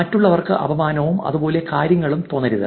മറ്റുള്ളവർക്ക് അപമാനവും അതുപോലുള്ള കാര്യങ്ങളും തോന്നരുത്